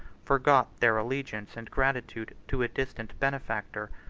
forgot their allegiance and gratitude to a distant benefactor,